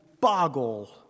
boggle